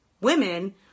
women